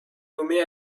nommé